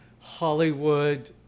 Hollywood